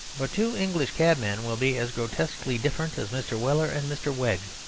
but two english cabmen will be as grotesquely different as mr. weller and mr. wegg.